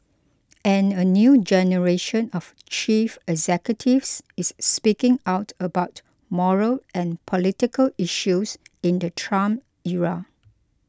and a new generation of chief executives is speaking out about moral and political issues in the Trump era